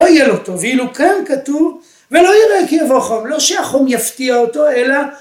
‫לא יהיה לו טוב, ואילו כאן כתוב, ‫ולא ירא כי יבוא חום. ‫לא שהחום יפתיע אותו, אלא...